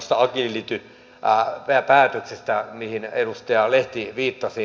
tuosta agility päätöksestä mihin edustaja lehti viittasi